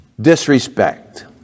Disrespect